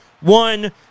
One